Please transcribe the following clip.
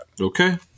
Okay